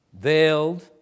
veiled